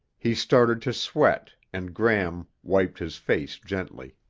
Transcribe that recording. he started to sweat and gram wiped his face gently.